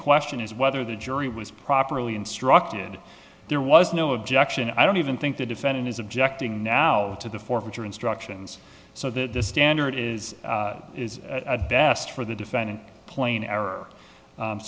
question is whether the jury was properly instructed there was no objection i don't even think the defendant is objecting now to the forfeiture instructions so that the standard is is at best for the defendant plain error